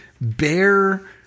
bear